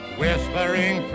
whispering